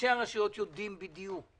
ראשי הרשויות יודעים בדיוק,